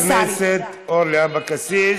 תודה לחברת הכנסת אורלי אבקסיס.